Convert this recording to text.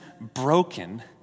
broken